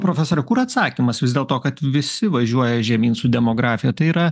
profesore kur atsakymas vis dėlto kad visi važiuoja žemyn su demografija tai yra